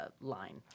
line